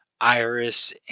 Iris